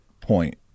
point